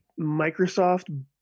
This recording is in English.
Microsoft